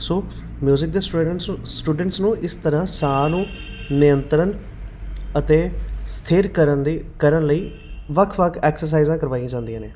ਸੋ music ਦੇ students students ਨੂੰ ਇਸ ਤਰ੍ਹਾਂ ਸਾ ਨੂੰ ਨਿਯੰਤਰਨ ਅਤੇ ਸਥਿਰ ਕਰਨ ਦਈ ਕਰਨ ਲਈ ਵੱਖ ਵੱਖ ਐਕਸਰਸਾਈਜ਼ਾਂ ਕਰਵਾਈਆਂ ਜਾਂਦੀਆਂ ਨੇ